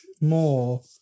more